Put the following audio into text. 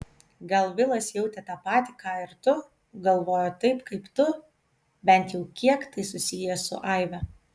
gal vilas jautė tą patį ką ir tu galvojo taip kaip tu bent jau kiek tai susiję su aive